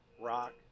rock